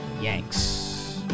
Yanks